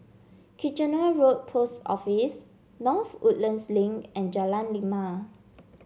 Kitchener Road Post Office North Woodlands Link and Jalan Lima